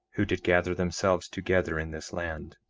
who did gather themselves together in this land.